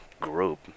group